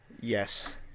Yes